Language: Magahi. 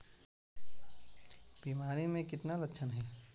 बीमारी के कितने लक्षण हैं?